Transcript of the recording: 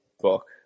book